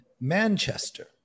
Manchester